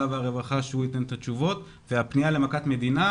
והרווחה שהוא ייתן את התשובות והפנייה למכת מדינה,